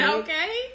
okay